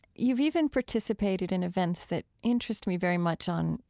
you've even participated in events that interest me very much on,